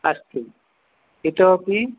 अस्तु इतोऽपि